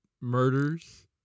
Murders